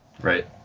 Right